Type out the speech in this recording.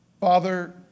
Father